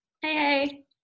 Hey